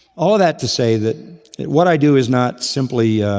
all that to say that what i do is not simply